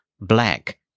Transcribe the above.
Black